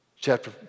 Chapter